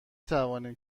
توانیم